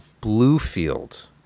Bluefield